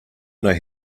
know